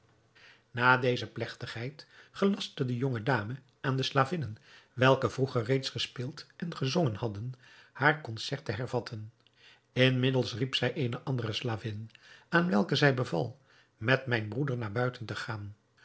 na deze plegtigheid gelastte de jonge dame aan de slavinnen welke vroeger reeds gespeeld en gezongen hadden haar concert te hervatten inmiddels riep zij eene andere slavin aan welke zij beval met mijn broeder naar buiten te gaan